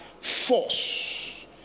force